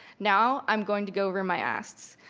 now i'm going to go over my asks.